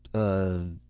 ah,